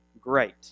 great